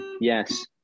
Yes